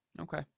Okay